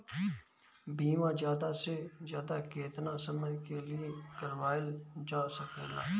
बीमा ज्यादा से ज्यादा केतना समय के लिए करवायल जा सकेला?